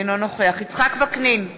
אינו נוכח יצחק וקנין,